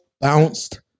bounced